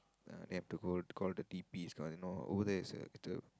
uh they have to go call the TPs ah you know over there it's a it's a